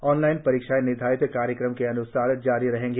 online परीक्षाएं निर्धारित कार्यक्रम के अन्सार जारी रहेंगी